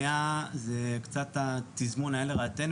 היה קצת לרעתנו,